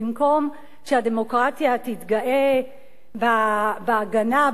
במקום שהדמוקרטיה תתגאה בהגנה,